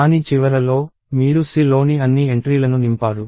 దాని చివరలో మీరు Cలోని అన్ని ఎంట్రీలను నింపారు